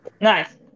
Nice